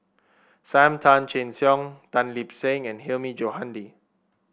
Sam Tan Chin Siong Tan Lip Seng and Hilmi Johandi